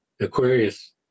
Aquarius